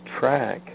track